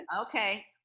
Okay